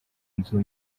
nzu